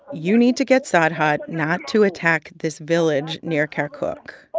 you need to get sarhad not to attack this village near kirkuk